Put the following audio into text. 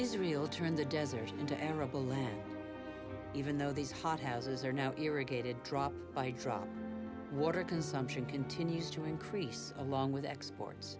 real turn the desert into arable land even though these hot houses are now irrigated drop by drop water consumption continues to increase along with exports